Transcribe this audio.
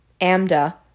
AMDA